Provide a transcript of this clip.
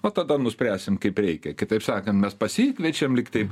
o tada nuspręsim kaip reikia kitaip sakant mes pasikviečiam lygtai